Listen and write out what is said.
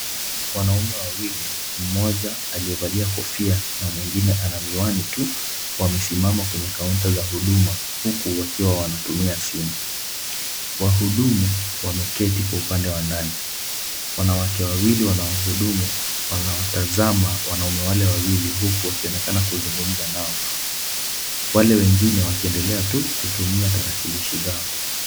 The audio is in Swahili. Wanaume wawili, mmoja aliyevalia kofia na mwingine ana miwani tu wamesimama kwenye kaunta za huduma huku wakiwa wanatumia simu. Wahudumu wameketi kwa upande wa ndani. Wanawake wawili wanao hudumu wanawatazama wanaume wale wawili huku wakionekana kuzungumza nao. Wale wengine wakiendelea tu kutumia tarakilishi zao.